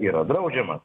yra draudžiama